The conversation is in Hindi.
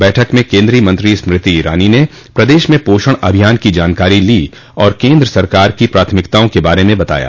बैठक में केन्द्रीय मंत्री स्मृति ईरानी ने प्रदेश में पोषण अभियान की जानकारी ली और केन्द्र सरकार की प्राथमिकताओं के बारे में बताया